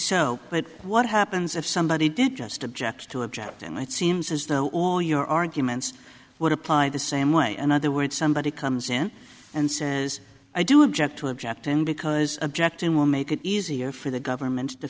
so but what happens if somebody did just object to object and seems as though all your arguments would apply the same way in other words somebody comes in and says i do object to object and because object and will make it easier for the government to